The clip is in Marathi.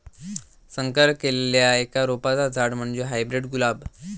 संकर केल्लल्या एका रोपाचा झाड म्हणजे हायब्रीड गुलाब